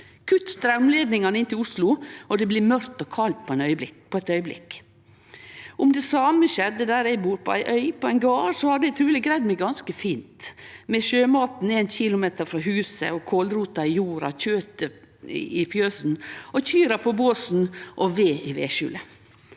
Kutt straumleidningane inn til Oslo, og det blir mørkt og kaldt på ein augneblink. Om det same skjedde der eg bur, på ein gard på ei øy, hadde eg truleg greidd meg ganske fint, med sjømaten éin kilometer frå huset, kålrota i jorda, kjøtet i fjøsen, kyrne på båsen og ved i vedskjulet.